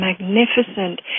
magnificent